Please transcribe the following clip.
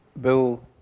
Bill